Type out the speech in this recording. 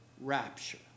rapture